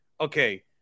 okay